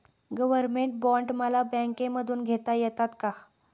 Government bond मला बँकेमधून घेता येतात का?